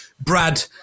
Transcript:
Brad